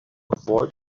avoid